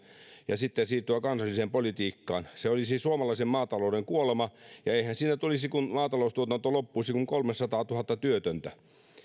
ja sitten siirtyä kansalliseen politiikkaan se olisi suomalaisen maatalouden kuolema ja eihän siinä tulisi kun maataloustuotanto loppuisi kuin kolmesataatuhatta työtöntä niin